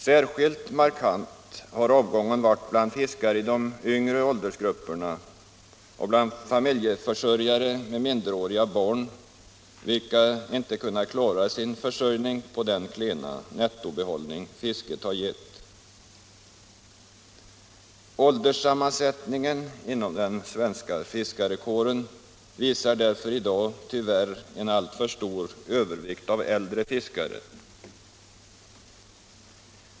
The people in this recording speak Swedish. Särskilt markant har avgången varit bland fiskare i de yngre åldersgrupperna och bland familjeförsörjare med minderåriga barn vilka inte kunnat klara sin försörjning på den klena nettobehållning fisket har gett. Ålderssammansättningen inom den svenska fiskarkåren visar därför i dag tyvärr en alltför stor övervikt av äldre fiskare.